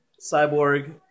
Cyborg